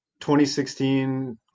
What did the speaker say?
2016